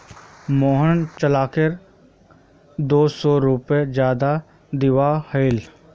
मोहनक चालानेर के दो सौ रुपए ज्यादा दिबा हले